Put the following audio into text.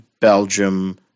belgium